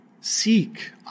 seek